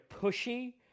pushy